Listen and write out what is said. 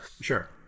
Sure